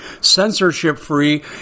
censorship-free